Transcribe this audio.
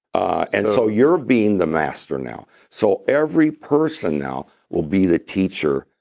ah and so you're being the master now. so every person now will be the teacher.